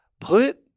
put